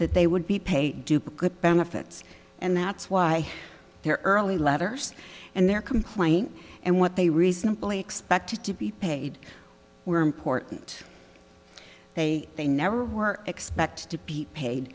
that they would be paid do good benefits and that's why their early letters and their complaint and what they reasonably expected to be paid were important they they never were expected to be paid